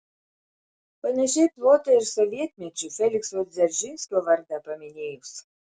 panašiai plota ir sovietmečiu felikso dzeržinskio vardą paminėjus